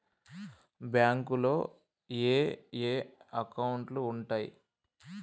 బ్యాంకులో ఏయే అకౌంట్లు ఉంటయ్?